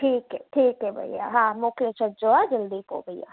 ठीकु है ठीकु है भैया हा मोकिले छॾिजो हा जल्दी पोइ भैया हा